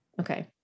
Okay